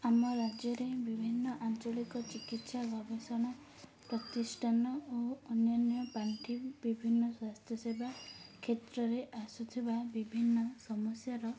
ଆମ ରାଜ୍ୟରେ ବିଭିନ୍ନ ଆଞ୍ଚଳିକ ଚିକିତ୍ସା ଗବେଷଣା ପ୍ରତିଷ୍ଠାନ ଓ ଅନ୍ୟାନ୍ୟ ପାଣ୍ଠି ବିଭିନ୍ନ ସ୍ୱାସ୍ଥ୍ୟ ସେବା କ୍ଷେତ୍ରରେ ଆସୁଥିବା ବିଭିନ୍ନ ସମସ୍ୟାର